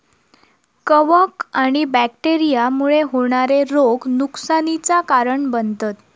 कवक आणि बैक्टेरिया मुळे होणारे रोग नुकसानीचा कारण बनतत